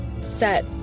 set